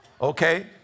okay